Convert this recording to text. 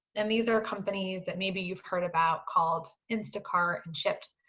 and these are companies that maybe you've heard about, called instacart and shipt,